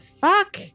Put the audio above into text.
fuck